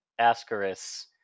ascaris